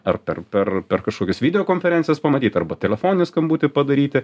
ar per per per kažkokias video konferencijas pamatyt arba telefoninį skambutį padaryti